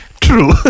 True